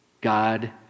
God